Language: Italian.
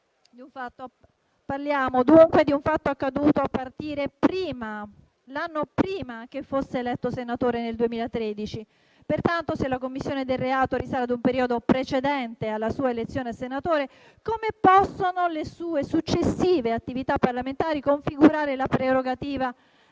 Parliamo, dunque, di un fatto accaduto l'anno prima che fosse eletto senatore (2013). Pertanto, se la commissione del reato risale a un periodo precedente la sua elezione a senatore, come possono le sue successive attività parlamentari configurare la prerogativa